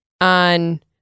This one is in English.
on